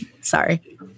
Sorry